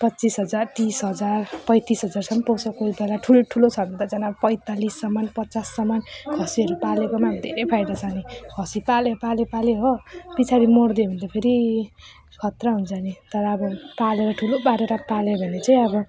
पच्चिस हजार तिस हजार पैँतिस हजारसम पुग्छ कोही बेला ठुलो ठुलो छ भने त झन् अब पैँतालिससम्मन पचाससम्मन खसीहरू पालेकोमा धेरै फाइदा छ नि खसी पाल्यो पाल्यो पाल्यो हो पिछाडि मरिदियो भने त फेरि खत्रा हुन्छ नि तर अब पालेर ठुलो पारेर पाल्यो भने चाहिँ अब